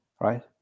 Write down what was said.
right